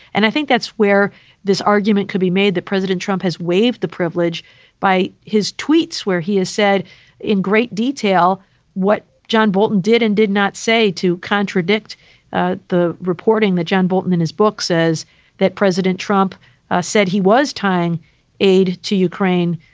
and i think that's where this argument could be made, that president trump has waived the privilege by his tweets, where he has said in great detail what john bolton did and did not say to contradict ah the reporting that john bolton in his book says that president trump said he was tying aid to ukraine,